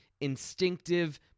instinctive